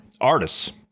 Artists